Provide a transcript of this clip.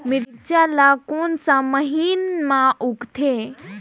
मिरचा ला कोन सा महीन मां उगथे?